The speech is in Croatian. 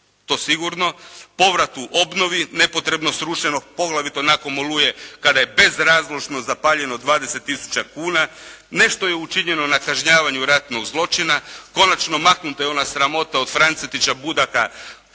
to sigurno, povratku obnovi nepotrebno srušenog poglavito nakon "Oluje" kada je bezrazložno zapaljeno 20 tisuća kuna. Nešto je učinjeno na kažnjavanju ratnog zločina. Konačno maknuta je ona sramota od Francetića Budaka